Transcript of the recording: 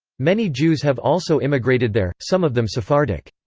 many jews have also immigrated there, some of them sephardic.